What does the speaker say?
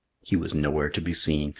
he was nowhere to be seen,